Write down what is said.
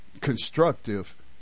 constructive